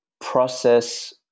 process